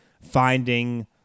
finding